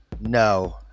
No